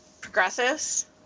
progressives